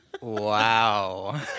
Wow